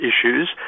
issues